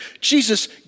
Jesus